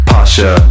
Pasha